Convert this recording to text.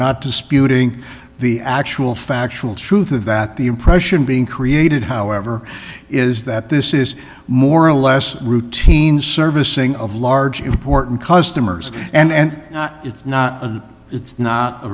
not disputing the actual factual truth of that the impression being created however is that this is more or less routine servicing of large important customers and it's not it's not a